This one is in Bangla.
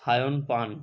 সায়ন পান